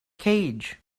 cage